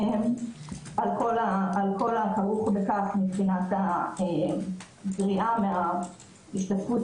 על כל הכרוך בכך מבחינת הגריעה מההשתתפות